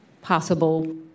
possible